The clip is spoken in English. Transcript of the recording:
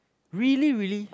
really really